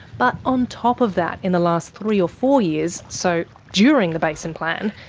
but on top of that, in the last three or four years, so during the basin plan,